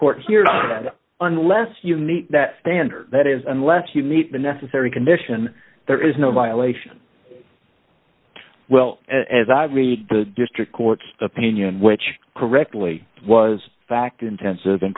court here unless you meet that standard that is unless you meet the necessary condition there is no violation well as i we the district court's opinion which correctly was fact intensive and